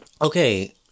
Okay